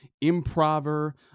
improver